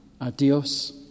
Adios